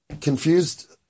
confused